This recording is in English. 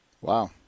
Wow